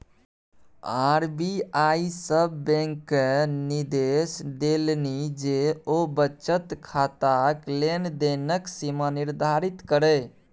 RBI सभ बैंककेँ निदेर्श देलनि जे ओ बचत खाताक लेन देनक सीमा निर्धारित करय